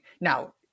now